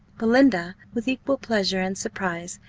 belinda, with equal pleasure and surprise,